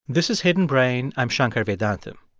this is hidden brain. i'm shankar vedantam.